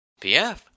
PF